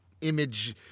image